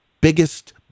biggest